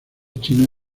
china